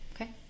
Okay